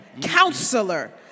Counselor